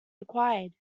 required